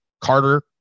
Carter